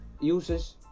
uses